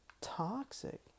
toxic